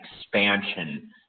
expansion